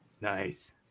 Nice